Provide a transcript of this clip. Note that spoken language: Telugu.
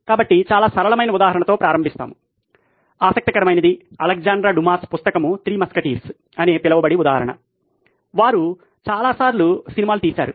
కాబట్టి మనము చాలా సరళమైన ఉదాహరణతో ప్రారంభిస్తాము ఆసక్తికరమైనది అలెగ్జాండ్రా డుమాస్ పుస్తకం 'త్రీ మస్కటీర్స్' అని పిలువబడే ఉదాహరణ వారు చాలాసార్లు సినిమాలు తీశారు